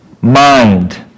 mind